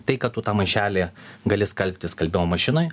tai kad tu tą maišelį gali skalbti skalbimo mašinoj